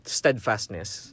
steadfastness